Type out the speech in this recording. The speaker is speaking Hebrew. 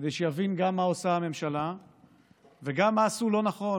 כדי שיבין גם מה עושה הממשלה וגם מה עשו לא נכון